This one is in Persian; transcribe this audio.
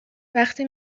وقتی